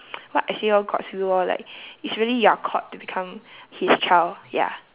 what I say lor god's will lor like it's really you are called to become his child ya